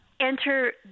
enter